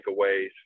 takeaways